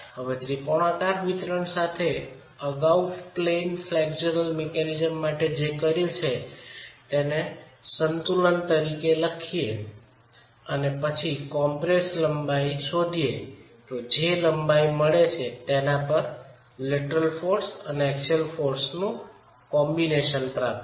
ત્રિકોણાકાર વિતરણ સાથે અગાઉ પ્લેન ફ્લેક્ચરલ મિકેનિઝમ માટે જે કર્યું છે તેને સંતુલન તરીકે લખીએ અને પછી કોમ્પ્રેસડ લંબાઈનો અંદાજ મેળવીએ જે લંબાઈ છે તેના પર લેટરલ બળ અને એક્સિયલ બળનું સંયોજન પ્રાપ્ત થાય છે